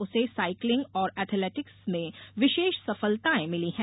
उसे साइकलिंग और एथलेटिक्स में विशेष सफलताएं मिली हैं